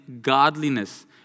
godliness